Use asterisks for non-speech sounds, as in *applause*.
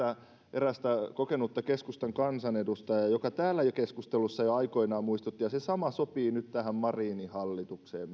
erästä kokenutta keskustan kansanedustajaa joka täällä keskustelussa jo aikoinaan muistutti ja se sama sopii nyt myöskin tähän marinin hallitukseen *unintelligible*